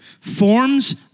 forms